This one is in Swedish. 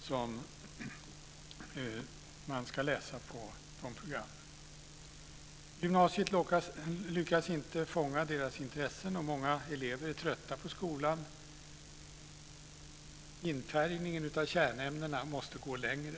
som man ska läsa på dessa program. Gymnasiet lyckas inte fånga deras intresse. Och många elever är trötta på skolan. Infärgningen av kärnämnena måste gå längre.